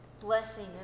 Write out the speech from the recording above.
blessing